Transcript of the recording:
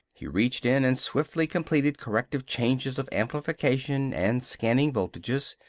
he reached in and swiftly completed corrective changes of amplification and scanning voltages.